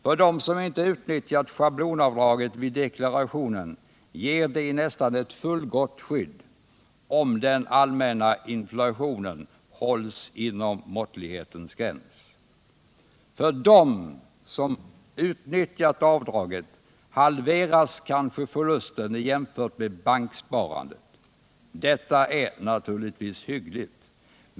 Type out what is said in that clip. För dem som inte utnyttjat schablonavdraget vid deklarationen ger de ett nästan fullgott skydd — om den allmänna inflationen hålls inom måttlighetens gräns. För dem som utnyttjat avdraget halveras kanske förlusten jämfört med banksparandet. Detta är naturligtvis hyggligt.